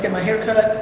and my haircut.